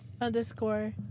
Underscore